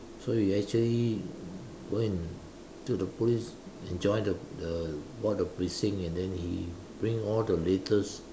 so he actually go and to the police and join the the watch the briefing and he bring all the latest